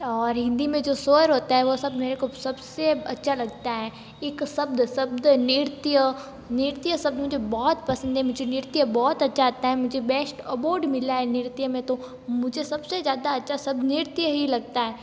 और हिंदी में जो स्वर होते हैं वो सब मेरे को सब से अच्छा लगता है एक शब्द शब्द नृत्य नृत्य सब मुझे बहुत पसंद है मुझे नृत्य बहुत अच्छा आता है मुझे बेस्ट अवार्ड मिला है नृत्य में तो मुझे सब से ज़्यादा अच्छा शब्द नृत्य ही लगता है